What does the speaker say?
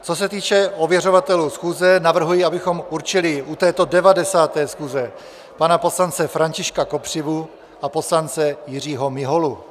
Co se týče ověřovatelů schůze, navrhuji, abychom určili u této 90. schůze pana poslance Františka Kopřivu a poslance Jiřího Miholu.